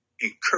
encourage